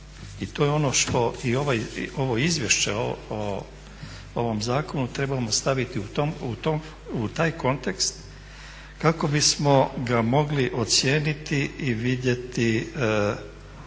I to je ono što i ovo izvješće o ovom zakonu trebamo staviti u taj kontekst kako bismo ga mogli ocijeniti i vidjeti